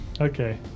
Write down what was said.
okay